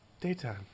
daytime